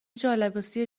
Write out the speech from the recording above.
جالباسی